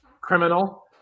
criminal